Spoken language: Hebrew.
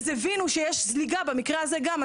אז הבינו שיש זליגה במקרה הזה גם,